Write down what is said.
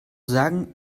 sagen